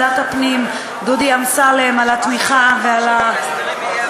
אני רוצה להודות ליושב-ראש ועדת הפנים דודי אמסלם על התמיכה ועל העזרה,